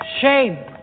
Shame